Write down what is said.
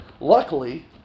Luckily